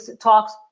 talks